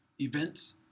events